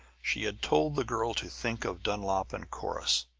she had told the girl to think of dulnop and corrus